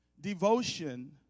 Devotion